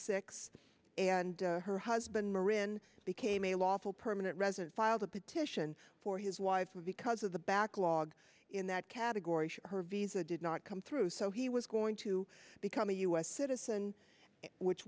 six and her husband morin became a lawful permanent resident filed with the titian for his wife who because of the backlog in that category her visa did not come through so he was going to become a u s citizen which